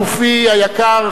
אלופי היקר,